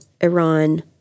Iran